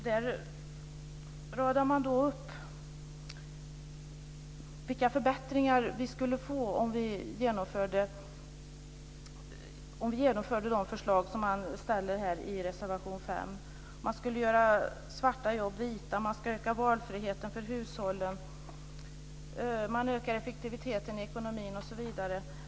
Där radar man upp vilka förbättringar vi skulle få om vi genomförde förslagen i denna reservation 5. Vi skulle göra svarta jobb vita, öka valfriheten för hushållen, öka effektiviteten i ekonomin osv.